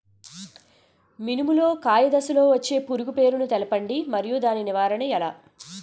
మినుము లో కాయ దశలో వచ్చే పురుగు పేరును తెలపండి? మరియు దాని నివారణ ఎలా?